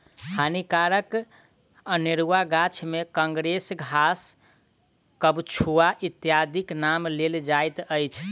हानिकारक अनेरुआ गाछ मे काँग्रेस घास, कबछुआ इत्यादिक नाम लेल जाइत अछि